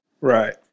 Right